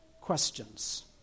questions